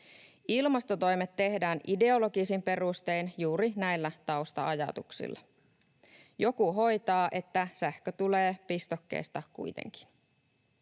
Ilmastotoimet tehdään ideologisin perustein juuri näillä tausta-ajatuksilla. Joku hoitaa, että sähkö tulee pistokkeesta kuitenkin.